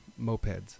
mopeds